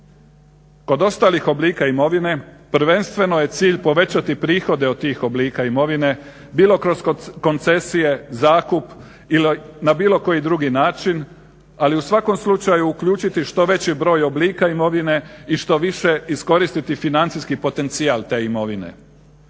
Kod ostalih oblika imovine prvenstveno je cilj povećati prihode od tih oblika imovine bilo kroz koncesije, zakup ili na bilo koji drugi način. Ali u svakom slučaju uključiti što veći broj oblika imovine i što više iskoristiti financijski potencijal te imovine.